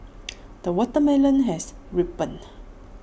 the watermelon has ripened